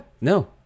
no